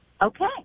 Okay